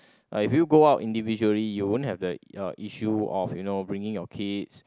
uh if you go out individually you won't have the uh issue of you know bringing your kids